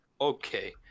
Okay